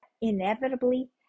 inevitably